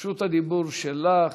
רשות הדיבור שלך.